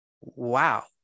wow